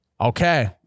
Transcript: okay